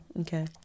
Okay